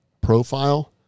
profile